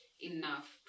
enough